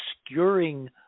obscuring